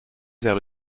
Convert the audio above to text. vers